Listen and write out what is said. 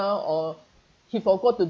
or he forgot to